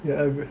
ya agr~